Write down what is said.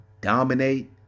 dominate